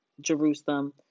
Jerusalem